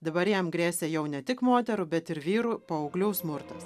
dabar jam grėsė jau ne tik moterų bet ir vyrų paauglių smurtas